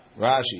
Rashi